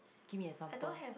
give me example